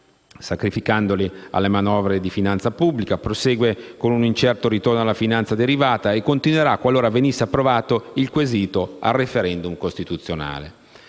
sacrificandoli alle manovre di finanza pubblica, prosegue con un incerto ritorno alla finanza derivata e continuerà qualora venisse approvato il quesito al *referendum* costituzionale.